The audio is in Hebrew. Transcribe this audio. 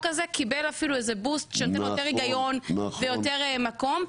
הזה קיבל איזה בוסט שנותן יותר היגיון ויותר מקום.